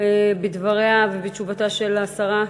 בדבריה ובתשובתה של השרה?